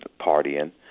partying